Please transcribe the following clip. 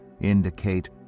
indicate